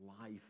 Life